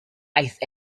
ice